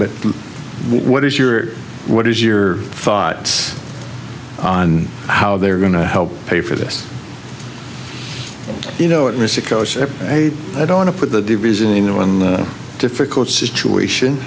but what is your what is your thoughts on how they're going to help pay for this you know at risk i don't want to put the reason in the difficult situation